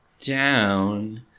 down